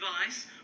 advice